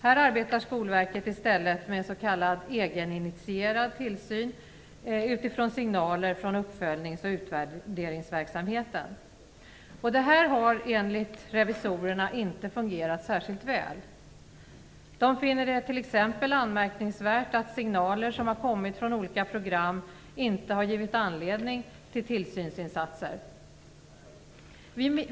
Här arbetar Skolverket i stället med s.k. egeninitierad tillsyn utifrån signaler från uppföljnings och utvärderingsverksamheten. Detta har enligt revisorerna inte fungerat särskilt väl. De finner det t.ex. anmärkningsvärt att signaler som har kommit från olika program inte har givit anledning till tillsynsinsatser.